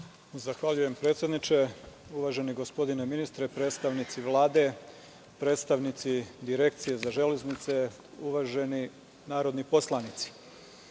Zahvaljujem, predsedniče. Uvaženi gospodine ministre, predstavnici Vlade, predstavnici Direkcije za železnice, uvaženi narodni poslanici,